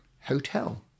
hotel